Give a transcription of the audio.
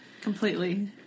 Completely